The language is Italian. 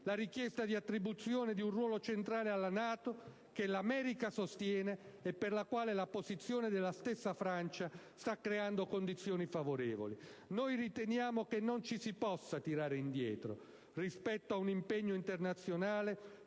la richiesta di attribuzione di un ruolo centrale alla NATO, che l'America sostiene e per la quale la posizione della stessa Francia sta creando condizioni favorevoli. Noi riteniamo che non ci si possa tirare indietro rispetto a un impegno internazionale